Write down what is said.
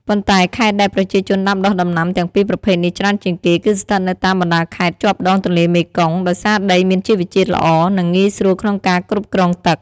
ប៉ុន្តែខេត្តដែលប្រជាជនដាំដុះដំណាំទាំងពីរប្រភេទនេះច្រើនជាងគេ គឺស្ថិតនៅតាមបណ្ដាខេត្តជាប់ដងទន្លេមេគង្គ ដោយសារដីមានជីវជាតិល្អ និងងាយស្រួលក្នុងការគ្រប់គ្រងទឹក។